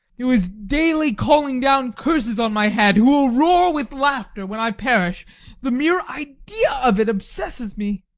who is daily calling down curses on my head, who will roar with laughter when i perish the mere idea of it obsesses me,